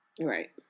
Right